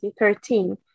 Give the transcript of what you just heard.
2013